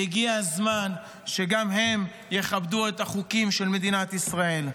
הגיע הזמן שגם הם יכבדו את החוקים של מדינת ישראל.